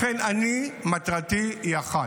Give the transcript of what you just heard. לכן, אני, מטרתי היא אחת: